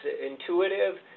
intuitive